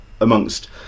amongst